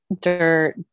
Dirt